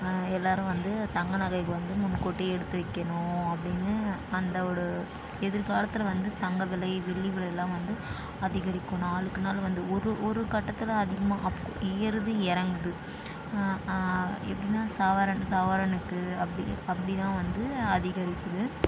எல்லாரும் வந்து தங்க நகையை வந்து முன் கூட்டியே எடுத்து வைக்கணும் அப்படினு அந்த ஓட எதிர்காலத்தில் வந்து தங்கம் விலை வெள்ளி விலை எல்லாம் வந்து அதிகரிக்கும் நாளுக்கு நாள் வந்து ஒரு ஒரு கட்டத்தில் அதிகமாக ஏறுது இறங்குது என்ன சவரன் சவரனுக்கு அப்படி அப்படி தான் வந்து அதிகரிக்குது